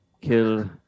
kill